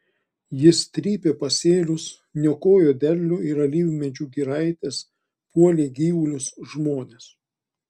jis trypė pasėlius niokojo derlių ir alyvmedžių giraites puolė gyvulius žmones